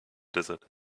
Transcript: desert